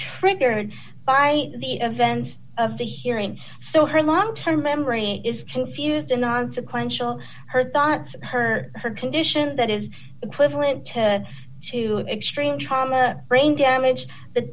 triggered by the events of the hearing so her long term memory is confused in non sequential her thoughts heard her condition that is equivalent to two extreme trauma brain damage the